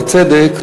בצדק,